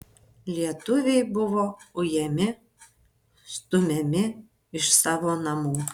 lietuviai buvo ujami stumiami iš savo namų